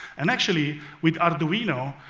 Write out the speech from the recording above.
and actually, with arduino,